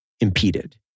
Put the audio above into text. impeded